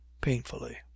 painfully